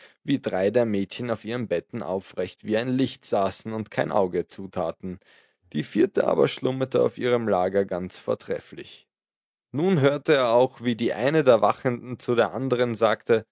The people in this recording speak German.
wie drei der mädchen auf ihren betten aufrecht wie ein licht saßen und kein auge zutaten die vierte aber schlummerte auf ihrem lager ganz vortrefflich nun hörte er auch wie die eine der wachenden zu der andern sagte